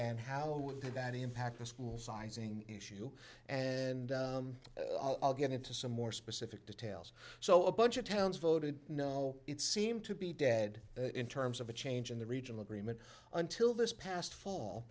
and how would that impact the school sizing issue and i'll get into some more specific details so a bunch of towns voted no it seemed to be dead in terms of a change in the regional agreement until this past fall